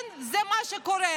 כן, זה מה שקורה.